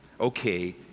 Okay